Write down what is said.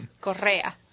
Correa